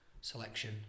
selection